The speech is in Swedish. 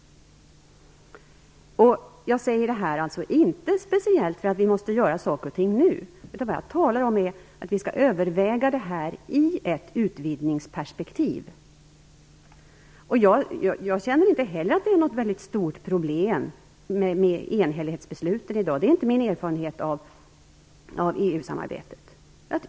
Jag säger inte detta för att vi måste göra saker och ting nu. Vad jag talar om är att vi skall överväga detta i ett utvidgningsperspektiv. Jag känner inte heller att enhällighetsbesluten utgör något väldigt stort problem i dag. Det är inte min erfarenhet av EU-samarbetet.